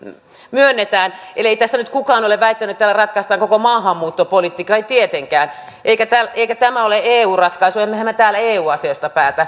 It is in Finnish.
eli ei tässä nyt kukaan ole väittänyt että tällä ratkaistaan koko maahanmuuttopolitiikka ei tietenkään eikä tämä ole eu ratkaisu emmehän me täällä eu asioista päätä